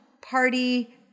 party